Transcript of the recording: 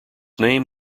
name